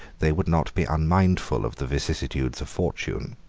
they would not be unmindful of the vicissitudes of fortune.